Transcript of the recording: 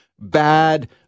bad